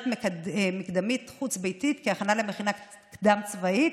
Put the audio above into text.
מקדמית חוץ-ביתית כהכנה למכינה קדם-צבאית